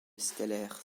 stellaire